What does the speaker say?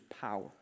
power